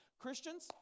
Christians